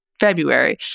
February